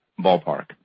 Ballpark